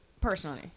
personally